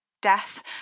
Death